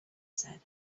said